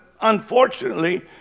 Unfortunately